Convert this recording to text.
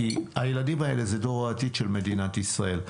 כי הילדים האלה זה דור העתיד של מדינת ישראל.